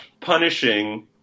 punishing